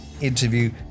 interview